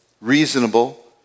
reasonable